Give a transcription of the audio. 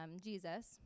Jesus